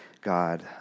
God